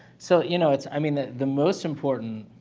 so, you know, it's, i mean, that the most important